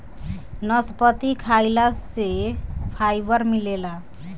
नसपति खाइला से फाइबर मिलेला